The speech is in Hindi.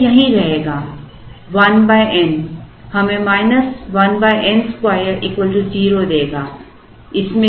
तो यह यहीं रहेगा 1 n हमें 1 n2 0 देगा